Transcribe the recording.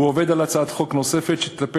הוא עובד על הצעת חוק נוספת שתטפל